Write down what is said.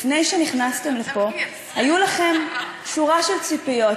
לפני שנכנסתם לפה, הייתה לכם שורה של ציפיות.